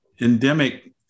endemic